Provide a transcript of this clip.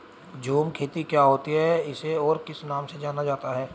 झूम खेती क्या होती है इसे और किस नाम से जाना जाता है?